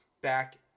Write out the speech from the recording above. back